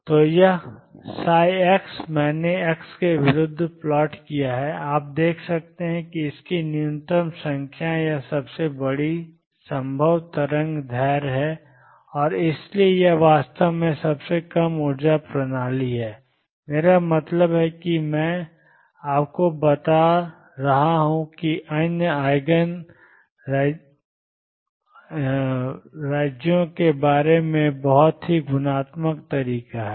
तो यह x मैंने x के विरुद्ध प्लॉट किया है आप देख सकते हैं कि इसकी न्यूनतम संख्या या सबसे बड़ी संभव तरंग दैर्ध्य है और इसलिए यह वास्तव में सबसे कम ऊर्जा प्रणाली है मेरा मतलब है कि मैं आपको बता रहा हूं कि अन्य आइगन राज्यों के बारे में बहुत ही गुणात्मक तरीका है